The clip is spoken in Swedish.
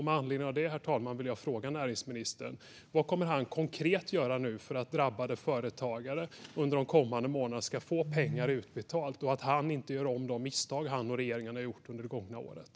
Med anledning av det, herr talman, vill jag fråga näringsministern vad han konkret kommer att göra för att drabbade företagare ska få pengar utbetalda under de kommande månaderna och för att han och regeringen inte ska göra om de misstag som de har gjort under det gångna året.